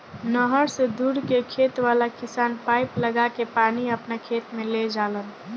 नहर से दूर के खेत वाला किसान पाइप लागा के पानी आपना खेत में ले जालन